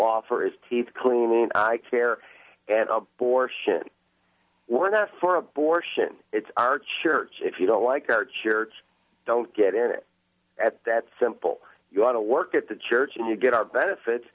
offer is keep clune i care an abortion we're not for abortion it's our church if you don't like our church don't get it at that simple you want to work at the church and you get our benefits